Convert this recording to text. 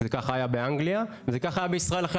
זה ככה היה באנגליה וזה ככה היה בישראל אחרי